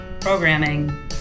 programming